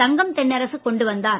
தங்கம் தென்னரசு கொண்டு வந்தார்